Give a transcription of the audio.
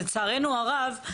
ולצערנו הרב,